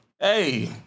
hey